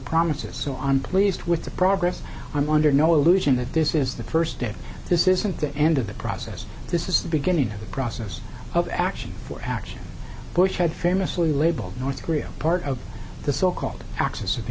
promises so i'm pleased with the progress i'm under no illusion that this is the first step this isn't the end of the process this is the beginning of the process of action for action bush had famously labeled north korea part of the so called axis of